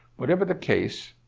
whatever the case,